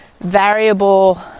variable